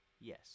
Yes